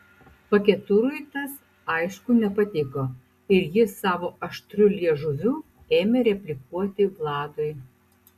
paketurui tas aišku nepatiko ir jis savo aštriu liežuviu ėmė replikuoti vladui